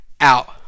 out